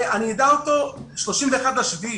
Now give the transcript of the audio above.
אני אדע אותו ב-31 ביולי.